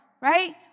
right